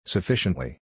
Sufficiently